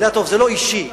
זה לא אישי,